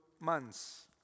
months